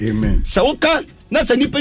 Amen